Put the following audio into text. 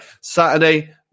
Saturday